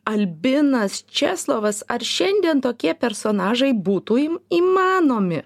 albinas česlovas ar šiandien tokie personažai būtų im įmanomi